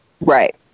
Right